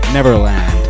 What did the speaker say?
Neverland